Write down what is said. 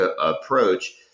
approach